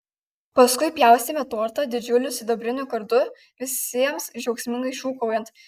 paskui pjaustėme tortą didžiuliu sidabriniu kardu visiems džiaugsmingai šūkaujant